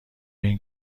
این